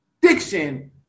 diction